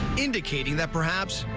indicating that perhaps,